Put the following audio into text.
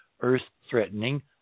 Earth-threatening